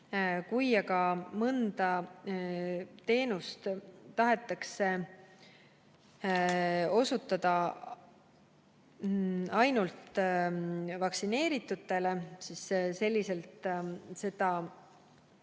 Kui aga mõnda teenust tahetakse osutada ainult vaktsineeritutele, siis ei tohi see